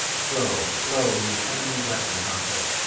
flow, flow, you heavenly blessings, on her!